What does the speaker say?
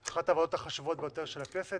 אחת הוועדות החשובות של הכנסת,